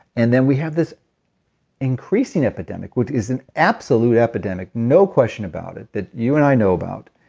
and then we have this increasing epidemic, which is an absolute epidemic, no question about it, that you and i know about,